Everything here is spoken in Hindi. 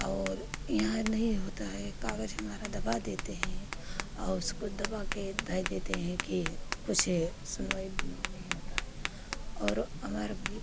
और यहाँ नहीं होता है काग़ज़ हमारा दबा देते हैं और उसको दबाकर धए देते हैं कि कुछ सुनवाई उनवाई नहीं होती है और हमारा भी